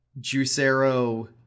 juicero